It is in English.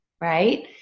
Right